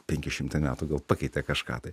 penki šimtai metų gal pakeitė kažką tai